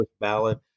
ballot